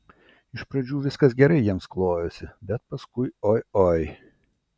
iš pradžių viskas gerai jiems klojosi bet paskui oi oi